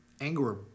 anger